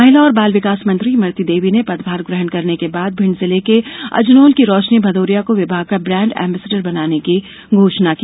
महिला और बाल विकास मंत्री इमरती देवी ने पदभार गहण करने के बाद भिंड जिले के अजनोल की रोशनी भदौरिया को विभाग का ब्राण्ड एम्बेसेडर बनाने की घोषणा की